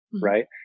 Right